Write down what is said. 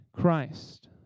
Christ